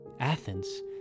Athens